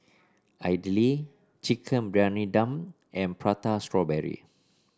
idly Chicken Briyani Dum and Prata Strawberry